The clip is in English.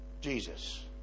Jesus